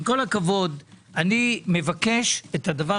עם כל הכבוד, אני אמשיך את הדיון